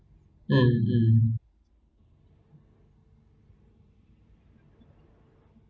mm mm